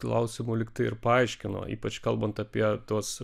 klausimų lygtai ir paaiškino ypač kalbant apie tuos